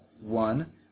One